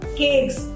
cakes